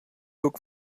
look